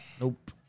Nope